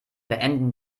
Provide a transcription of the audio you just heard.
beenden